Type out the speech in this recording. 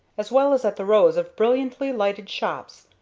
as well as at the rows of brilliantly lighted shops,